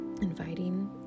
Inviting